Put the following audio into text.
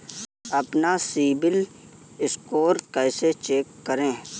अपना CIBIL score कैसे check करें?